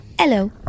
Hello